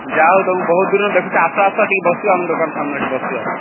ଯା ହଉ ତୁମକୁ ବହୁତ ଦିନରୁ ଦେଖୁଛୁ ଆସ ଆସ ଟିକେ ବସିବ ଆମ ଦୋକାନ ସାମ୍ନାରେ ଟିକେ ବସିବ ଆସ